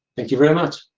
thank you very much.